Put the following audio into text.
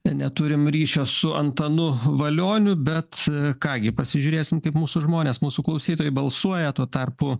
neturim ryšio su antanu valioniu bet ką gi pasižiūrėsim kaip mūsų žmonės mūsų klausytojai balsuoja tuo tarpu